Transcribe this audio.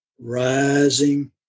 rising